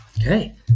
Okay